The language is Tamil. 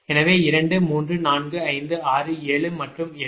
எனவே 2 3 4 5 6 7 மற்றும் 8